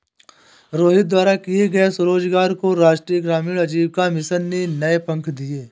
रोहित द्वारा किए गए स्वरोजगार को राष्ट्रीय ग्रामीण आजीविका मिशन ने नए पंख दिए